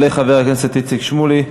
יעלה חבר הכנסת איציק שמולי,